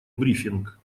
брифинг